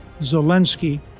Zelensky